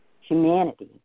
Humanity